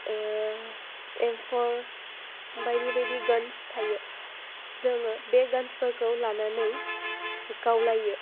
एमफर बायदि बायदि गान्स थायो जोङो बे गान्सफोरखौ लानानै गावलायो